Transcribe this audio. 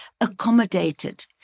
accommodated